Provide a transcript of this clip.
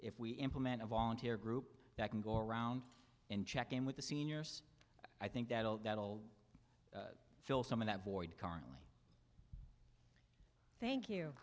if we implement a volunteer group that can go around and check in with the seniors i think that'll that'll fill some of that void carly thank you